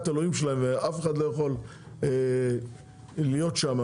האלוהים שלהם ואף אחד לא יכול להיות שם,